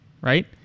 right